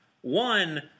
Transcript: One